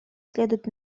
следует